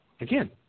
again